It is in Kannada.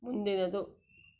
ಮುಂದಿನದು